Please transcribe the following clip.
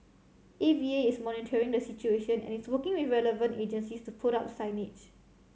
A V A is monitoring the situation and is working with relevant agencies to put up signage